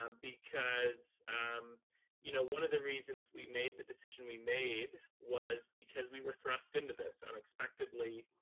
um because um you know one of the reasons we made the decision we made was because we were thrust into this unexpectedly.